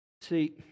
See